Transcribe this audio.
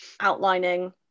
outlining